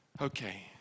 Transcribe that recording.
Okay